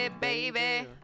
baby